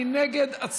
מי נגד?